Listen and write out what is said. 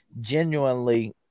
genuinely